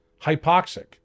hypoxic